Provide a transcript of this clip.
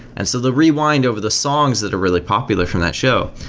and so the rewind over the songs that are really popular from that show.